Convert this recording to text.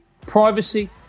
privacy